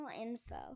Info